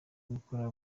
gukora